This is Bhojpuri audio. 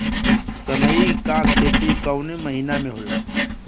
सनई का खेती कवने महीना में होला?